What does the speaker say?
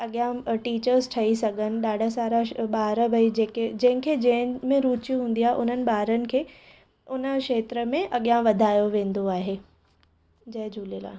अॻियां टिचर्स ठही सघनि ॾाढा सारा श ॿार भई जेके जंहिंखे जंहिं में रुची हूंदी आहे उन्हनि ॿारनि खे उन क्षेत्र में अॻियां वधायो वेंदो आहे